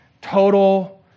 Total